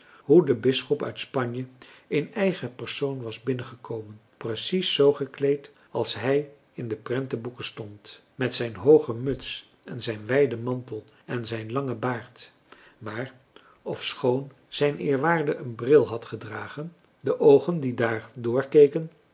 hoe de bisschop uit spanje in eigen persoon was binnengekomen precies zoo gekleed als hij in de prentenboeken stond met zijn hooge muts en zijn wijden mantel en zijn langen baard maar ofschoon zijn eerwaarde een bril had gedragen de oogen die daar